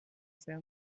ser